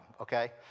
okay